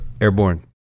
Airborne